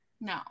no